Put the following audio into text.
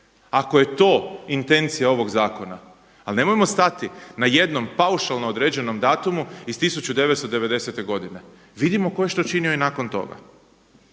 ako je to intencija ovog zakona, ali nemojmo stati na jednom paušalno određenom datumu iz 1990. godine, vidimo tko je što činio i nakon toga.